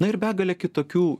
na ir begalė kitokių